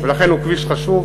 לכן הוא כביש חשוב.